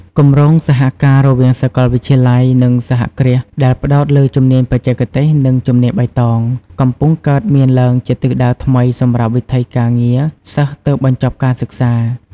គម្រោងសហការរវាងសាកលវិទ្យាល័យ និងសហគ្រាសដែលផ្តោតលើជំនាញបច្ចេកទេស និងជំនាញបៃតង កំពុងកើតមានឡើងជាទិសដៅថ្មីសម្រាប់វិថីការងារសិស្សទើបបញ្ចប់ការសិក្សា។